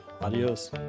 Adios